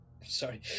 Sorry